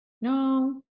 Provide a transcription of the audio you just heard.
No